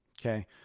okay